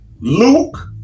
Luke